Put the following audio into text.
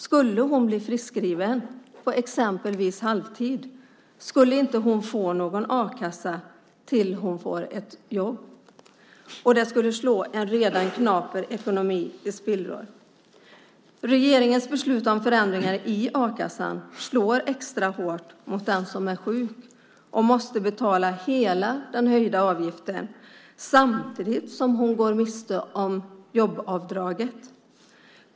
Skulle hon bli friskskriven på halvtid till exempel skulle hon inte få någon a-kassa tills hon får ett jobb. Det skulle slå en redan knaper ekonomi i spillror. Regeringens beslut om ändringar i a-kassan slår extra hårt mot den som är sjuk och måste betala hela den höjda avgiften samtidigt som hon går miste om jobbavdraget.